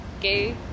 gay